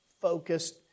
focused